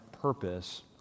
purpose